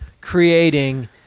creating